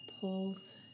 pulls